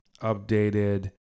updated